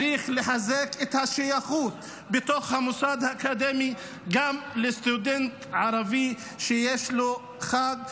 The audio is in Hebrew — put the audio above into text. צריך לחזק את השייכות בתוך המוסד האקדמי גם לסטודנט הערבי שיש לו חג.